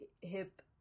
hip